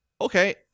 Okay